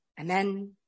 Amen